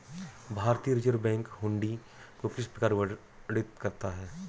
भारतीय reserve bank हुंडी को किस प्रकार वर्णित करता है?